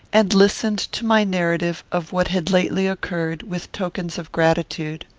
and listened to my narrative of what had lately occurred, with tokens of gratitude.